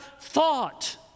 thought